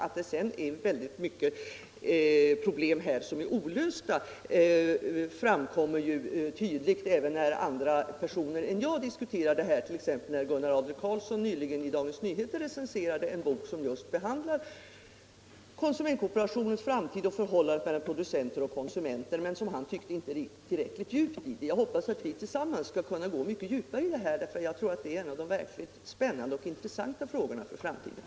Att det sedan är många olösta problem här framkom mer ju tydligt även när andra personer än jag diskuterar detta, t.ex. när Gunnar Adler-Karlsson nyligen i Dagens Nyheter recenserade en bok som behandlade konsumentkooperationens framtid och förhållandet mellan konsumenter och producenter. Han tyckte att den inte gick tilträckligt djupt. Jag hoppas att vi tillsammans skall kunna gå mycket djupare i det här, för iag tror att det är en av de verkligt spännande och intressanta frågorna för framtiden.